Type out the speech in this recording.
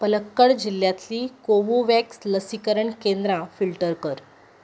पलक्कड जिल्ल्यांतलीं कोवोवॅक्स लसीकरण केंद्रां फिल्टर कर